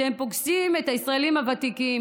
הם פוגשים את הישראלים הוותיקים,